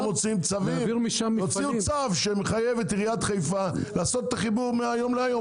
תוציאו צו שמחייב את עיריית חיפה לעשות את החיבור מהיום להיום.